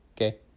okay